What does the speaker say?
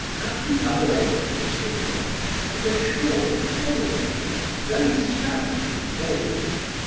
at the other end of the table sat a short, pale man, very stout and bald.